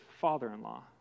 father-in-law